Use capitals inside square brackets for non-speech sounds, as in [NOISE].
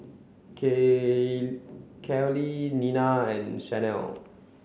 [UNINTELLIGIBLE] Kaley Nina and Shanell